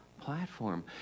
platform